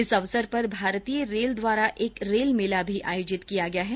इस अवसर पर भारतीय रेल द्वारा एक रेल मेला भी आयोजित किया गया है